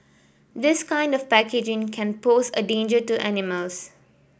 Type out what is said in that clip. this kind of packaging can pose a danger to animals